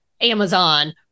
Amazon